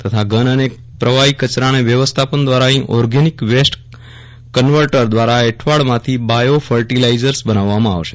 તથા ધન અને પ્રવાહી કચરાના વ્યવસ્થાપન દ્વારા અહીં ઓર્ગેનિક વેસ્ટ કન્વર્ટર દ્વારા એઠવાડમાંથી બાયો ફર્ટિલાઇઝર્સ બનાવવામાં આવશે